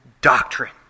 doctrine